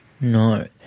No